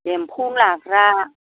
एम्फौ लाग्रा